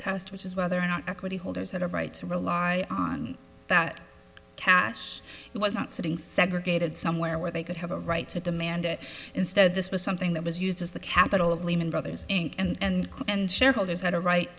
test which is whether or not equity holders had a right to rely on that cash was not sitting segregated somewhere where they could have a right to demand it instead this was something that was used as the capital of lehman brothers inc and and shareholders had a right